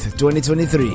2023